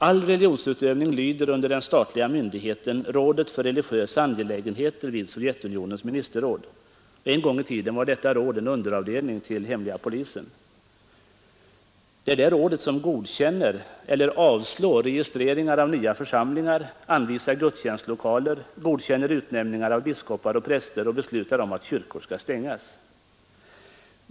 All religionsutövning lyder under den statliga myndigheten Rådet för religiösa angelägenheter vid Sovjetunionens ministerråd. En gång i tiden var detta råd en underavdelning till hemliga polisen. Detta råd godkänner eller avslår registreringar av nya församlingar, anvisar gudstjänstlokaler, godkänner utnämningar av biskopar och präster och beslutar om att kyrkor skall stängas.